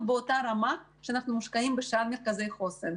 באותה רמה שאנחנו מושקעים בשאר מרכזי החוסן.